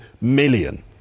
million